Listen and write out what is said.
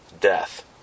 death